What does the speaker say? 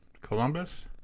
Columbus